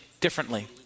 differently